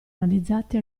analizzati